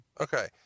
okay